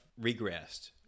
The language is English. regressed